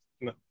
No